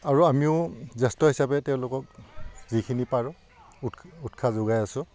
আৰু আমিও জ্যেষ্ঠ হিচাপে তেওঁলোকক যিখিনি পাৰোঁ উৎ উৎসাহ যোগাই আছোঁ